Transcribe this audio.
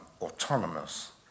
autonomous